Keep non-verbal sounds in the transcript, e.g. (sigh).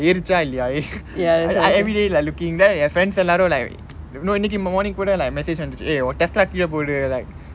ஏருச்சா இல்லையா:eruchaa illaiyaa (laughs) I everyday like looking then என்:en friends எல்லாரும்:ellaarum like (noise) you know இன்னிக்கி:inniki morning message வந்துச்சு:vanthuchu eh உன்:un tesla கீல போது:keele pothu like